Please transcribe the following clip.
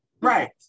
Right